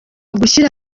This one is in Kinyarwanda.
gushyira